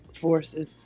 forces